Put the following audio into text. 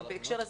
בהקשר לזה,